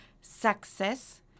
success